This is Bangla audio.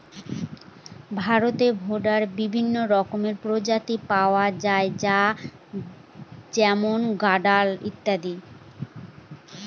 ভারতে ভেড়ার বিভিন্ন রকমের প্রজাতি পাওয়া যায় যেমন গাড়োল ইত্যাদি